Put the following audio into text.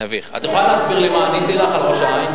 את יכולה להסביר לי מה עניתי לך על ראש-העין?